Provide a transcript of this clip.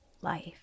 life